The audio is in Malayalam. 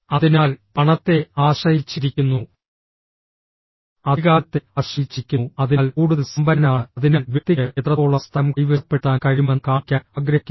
അതിനാൽ പണത്തെ ആശ്രയിച്ചിരിക്കുന്നു അധികാരത്തെ ആശ്രയിച്ചിരിക്കുന്നു അതിനാൽ കൂടുതൽ സമ്പന്നനാണ് അതിനാൽ വ്യക്തിക്ക് എത്രത്തോളം സ്ഥലം കൈവശപ്പെടുത്താൻ കഴിയുമെന്ന് കാണിക്കാൻ ആഗ്രഹിക്കുന്നു